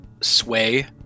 sway